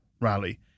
rally